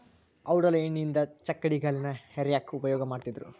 ಔಡಲ ಎಣ್ಣಿಯಿಂದ ಚಕ್ಕಡಿಗಾಲಿನ ಹೇರ್ಯಾಕ್ ಉಪಯೋಗ ಮಾಡತ್ತಿದ್ರು